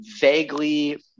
vaguely